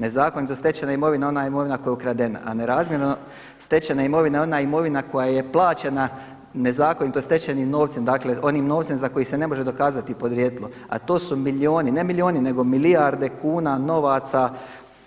Nezakonito stečena imovina je ona imovina ona imovina koja je ukradena a nerazmjerno stečena imovina je ona imovina koja je plaćena nezakonito stečenim novcem, dakle onim novcem za koji se ne može dokazati podrijetlo a to su milijuni, ne milijuni nego milijarde kuna novaca